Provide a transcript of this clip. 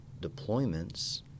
deployments